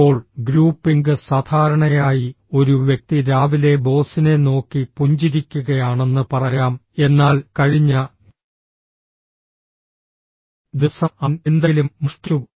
ഇപ്പോൾ ഗ്രൂപ്പിംഗ് സാധാരണയായി ഒരു വ്യക്തി രാവിലെ ബോസിനെ നോക്കി പുഞ്ചിരിക്കുകയാണെന്ന് പറയാം എന്നാൽ കഴിഞ്ഞ ദിവസം അവൻ എന്തെങ്കിലും മോഷ്ടിച്ചു